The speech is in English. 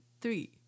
three